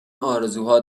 ارزوها